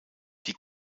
die